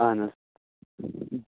اَہَن حظ